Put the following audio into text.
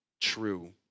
true